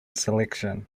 selection